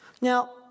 Now